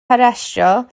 harestio